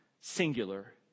singular